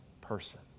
person